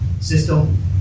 system